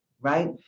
right